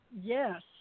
Yes